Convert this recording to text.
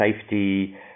safety